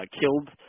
killed